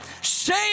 say